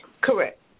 Correct